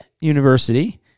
University